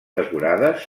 decorades